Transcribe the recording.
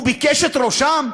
הוא ביקש את ראשם?